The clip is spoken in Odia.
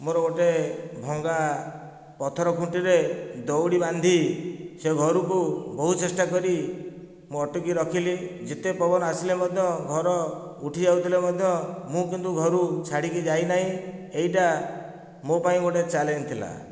ମୋର ଗୋଟିଏ ଭଙ୍ଗା ପଥର ଖୁଣ୍ଟିରେ ଦଉଡ଼ି ବାନ୍ଧି ସେ ଘରକୁ ବହୁ ଚେଷ୍ଟା କରି ମୁଁ ଅଟକେଇ ରଖିଲି ଯେତେ ପବନ ଆସିଲେ ମଧ୍ୟ ଘର ଉଠି ଯାଉଥିଲେ ମଧ୍ୟ ମୁଁ କିନ୍ତୁ ଘରକୁ ଛାଡ଼ିକି ଯାଇନାହିଁ ଏଇଟା ମୋ ପାଇଁ ଗୋଟିଏ ଚାଲେଞ୍ଜ ଥିଲା